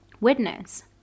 witness